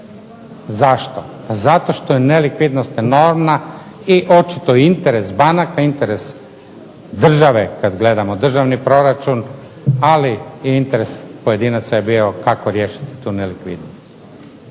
Zašto? Pa zato što je nelikvidnost enormna i očito interes banaka, interes države kad gledamo državni proračun, ali i interes pojedinaca je bio kako riješiti tu nelikvidnost.